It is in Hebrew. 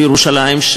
בירושלים,